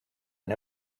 and